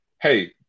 Hey